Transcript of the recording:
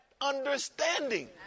understanding